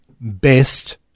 best